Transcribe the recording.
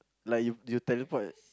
like you you teleport